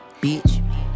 bitch